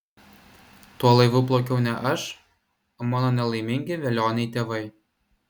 tuo laivu plaukiau ne aš o mano nelaimingi velioniai tėvai